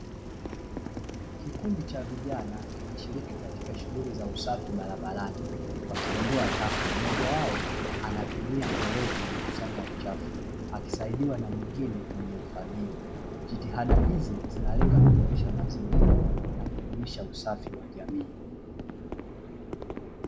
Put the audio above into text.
Kikundi cha vijana kinashiriki katika shughuli za usafi barabarani wakiondoa taka, mmoja wao anatumia koleo kukusanya uchafu akisaidiwa na mwengine mwenye fagio, jitihada hizi zinalenga kuboresha mazingira na kudumisha usafi wa jamii.